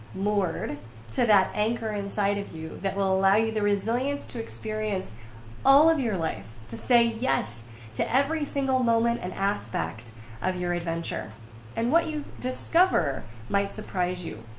moored to that anchor inside of you that will allow you the resilience to experience all of your life. to say yes to every single moment and aspect of your adventure and what you discover might surprise you.